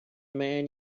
man